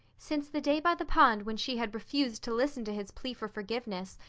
since the day by the pond when she had refused to listen to his plea for forgiveness,